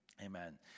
Amen